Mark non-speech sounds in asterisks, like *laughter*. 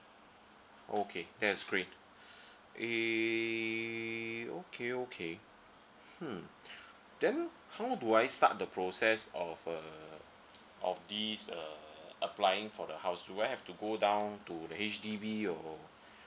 okay that is great *breath* eh okay okay mm *breath* then how do I start the process of uh of this uh applying for the house do I have to go down to the H_D_B or *breath*